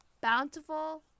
bountiful